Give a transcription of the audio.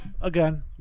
Again